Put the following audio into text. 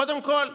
קודם כול,